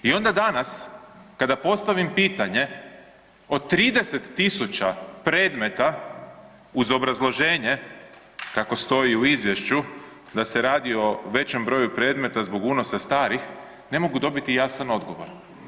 I onda danas kada postavim pitanje o 30.000 predmeta uz obrazloženje kako stoji u izvješću da se radi o većem broju predmeta zbog unosa starih ne mogu dobiti jasan odgovor.